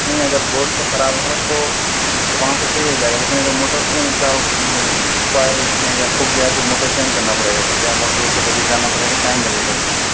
نہیں اگر بورڈ سے خراب ہے تو وہاں سے صحیح ہوجائے گا لیکن اگر موٹر کا فالٹ ہو یا پھک گیا ہو تو موٹر چینج کرنا پڑے گا یا موٹر کو لے کر جانا پڑے گا ٹائم لگے گا اس میں